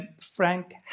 Frank